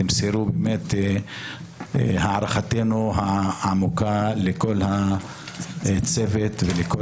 תמסרו את הערכתנו העמוקה לכל הצוות ולכל